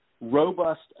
robust